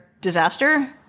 disaster